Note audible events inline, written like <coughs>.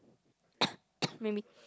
<coughs> maybe